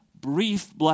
brief